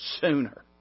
Sooner